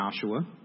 Joshua